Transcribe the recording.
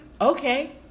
Okay